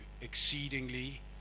exceedingly